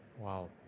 Wow